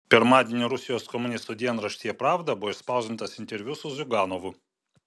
pirmadienį rusijos komunistų dienraštyje pravda buvo išspausdintas interviu su ziuganovu